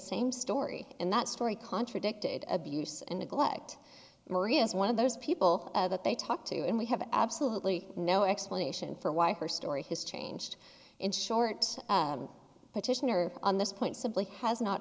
same story and that story contradicted abuse and neglect moreas one of those people that they talked to and we have absolutely no explanation for why her story has changed in short petitioner on this point simply has not